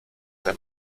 der